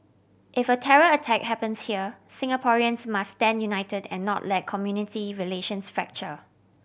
if a terror attack happens here Singaporeans must stand united and not let community relations fracture